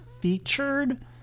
featured